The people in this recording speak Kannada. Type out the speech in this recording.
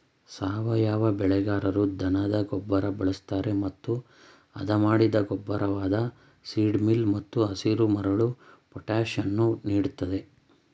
ಸಾವಯವ ಬೇಸಾಯಗಾರರು ದನದ ಗೊಬ್ಬರನ ಬಳಸ್ತರೆ ಮತ್ತು ಹದಮಾಡಿದ ಗೊಬ್ಬರವಾದ ಸೀಡ್ ಮೀಲ್ ಮತ್ತು ಹಸಿರುಮರಳು ಪೊಟ್ಯಾಷನ್ನು ನೀಡ್ತದೆ